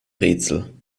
rätsel